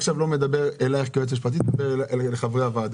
איני מדבר אלייך כיועצת משפטית אלא אל חברי הוועדה.